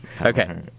Okay